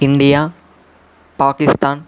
India Pakistan